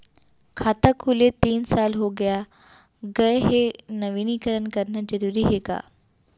खाता खुले तीन साल हो गया गये हे नवीनीकरण कराना जरूरी हे का?